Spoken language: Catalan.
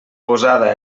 posada